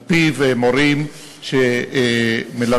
שעל-פיו מורים שמלמדים,